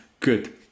good